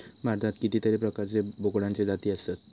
भारतात कितीतरी प्रकारचे बोकडांचे जाती आसत